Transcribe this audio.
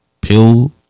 Pill